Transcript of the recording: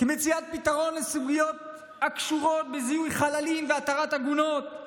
מציאת פתרון לסוגיות הקשורות בזיהוי חללים והתרת עגונות,